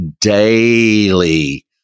daily